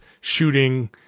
shooting